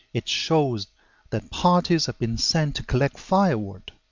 it shows that parties have been sent to collect firewood.